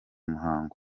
muhango